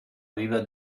aveva